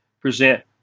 present